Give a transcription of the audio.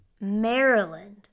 Maryland